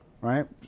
right